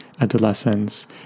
adolescence